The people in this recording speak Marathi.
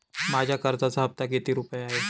माझ्या कर्जाचा हफ्ता किती रुपये आहे?